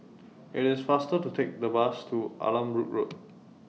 IT IS faster to Take The Bus to Allanbrooke Road